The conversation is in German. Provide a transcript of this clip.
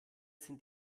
sind